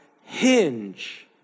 hinge